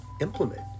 implement